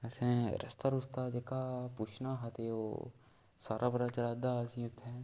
असें रस्ता रुस्ता जेह्का पुच्छना हा ते ओह् सारा पता चला दा हा असें गी उत्थें